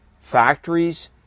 factories